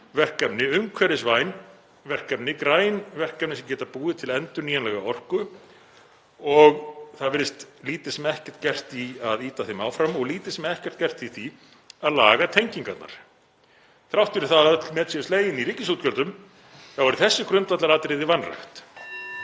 verkefni, umhverfisvæn verkefni, græn verkefni sem geta búið til endurnýjanlega orku og það virðist lítið sem ekkert gert í að ýta þeim áfram og lítið sem ekkert gert í því að laga tengingarnar. Þrátt fyrir að öll met séu slegin í ríkisútgjöldum þá eru þessi grundvallaratriði vanrækt.